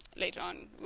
later on.